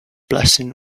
blessing